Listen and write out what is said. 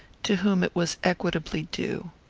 to whom it was equitably due.